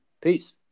Peace